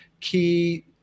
key